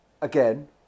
Again